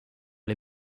les